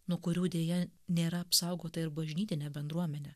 nuo kurių deja nėra apsaugota ir bažnytinė bendruomenė